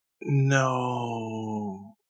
no